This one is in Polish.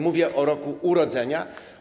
Mówię o roku urodzenia.